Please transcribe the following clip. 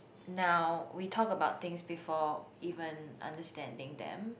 now we talk about things before even understanding them